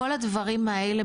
כל הדברים האלה,